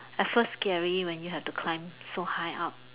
at first scary when you have to climb so high up